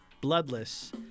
bloodless